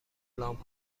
لامپ